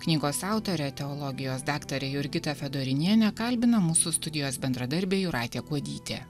knygos autorę teologijos daktarę jurgitą fedorinienę kalbina mūsų studijos bendradarbė jūratė kuodytė